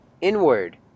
inward